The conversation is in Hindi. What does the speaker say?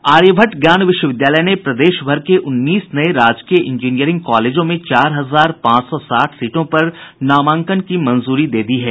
आर्यभट्ट ज्ञान विश्वविद्यालय ने प्रदेश भर के उन्नीस नये राजकीय इंजीनियरिंग कॉलेजों में चार हजार पांच सौ साठ सीटों पर नामांकन की मंजूरी दे दी है